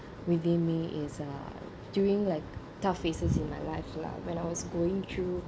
within me is uh during like tough phases in my life lah when I was going through